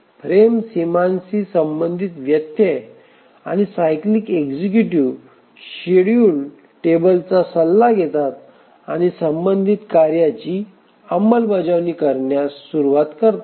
frame सीमांशी संबंधित व्यत्यय आणि सायक्लीक एक्सक्यूटिव्ह शेड्यूल टेबलचा सल्ला घेतात आणि संबंधित कार्याची अंमलबजावणी करण्यास सुरवात करतात